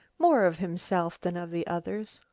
more of himself than of the others.